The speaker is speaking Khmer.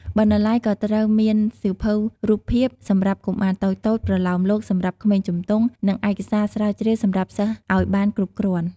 បណ្ណាល័យក៍ត្រូវមានសៀវភៅរូបភាពសម្រាប់កុមារតូចៗ ប្រលោមលោកសម្រាប់ក្មេងជំទង់ និងឯកសារស្រាវជ្រាវសម្រាប់សិស្សអោយបានគ្រប់គ្រាន់ ។